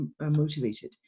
motivated